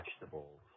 vegetables